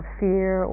fear